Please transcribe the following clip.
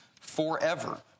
forever